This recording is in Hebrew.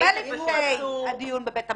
הרבה לפני הדיון בבית המשפט,